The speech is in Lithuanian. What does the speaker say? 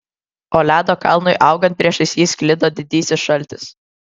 o ledo kalnui augant priešais jį sklido didysis šaltis